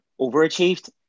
overachieved